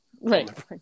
Right